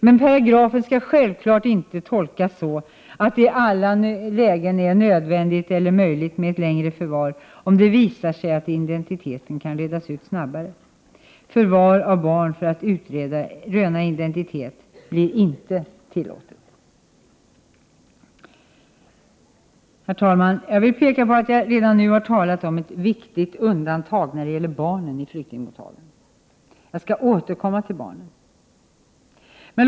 Men paragrafen skall självfallet inte tolkas så, att det i alla lägen är nödvändigt eller möjligt med ett längre förvar, om det visar sig att identiteten kan redas ut snabbare. Förvar av barn för att utröna identitet blir inte tillåtet. Herr talman! Jag vill peka på att jag redan nu har talat om ett viktigt undantag när det gäller barnen i flyktingmottagandet. Jag skall återkomma till barnen.